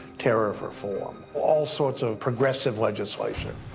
tariff reform, all sorts of progressive legislation.